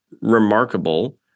remarkable